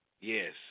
Yes